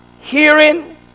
hearing